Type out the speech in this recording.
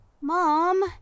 Mom